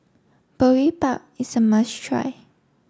Boribap is a must try